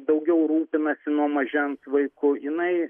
daugiau rūpinasi nuo mažens vaiku jinai